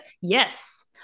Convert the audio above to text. Yes